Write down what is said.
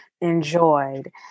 enjoyed